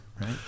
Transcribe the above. right